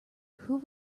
who